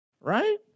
right